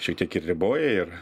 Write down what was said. šiek tiek ir riboja ir